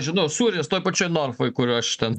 žinau sūris toj pačioj norfoj kur aš ten